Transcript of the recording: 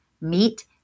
meat